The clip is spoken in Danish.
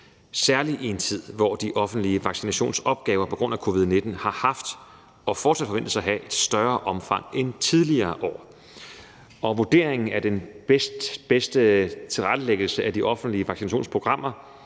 særlig i en tid, hvor de offentlige vaccinationsopgaver på grund af covid-19 har haft og fortsat forventes at have et større omfang end i tidligere år. Vurderingen af den bedste tilrettelæggelse af de offentlige vaccinationsprogrammer